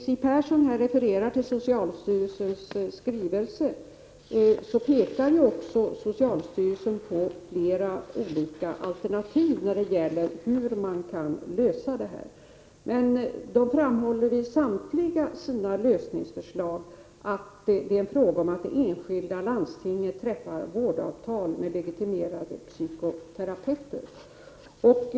Siw Persson refererar till socialstyrelsens skrivelse. Socialstyrelsen pekar här på flera olika alternativ när det gäller att lösa detta problem. Men socialstyrelsen framhåller när det gäller samtliga förslag till lösning att det ankommer på de enskilda landstingen att träffa vårdavtal med legitimerade psykoterapeuter.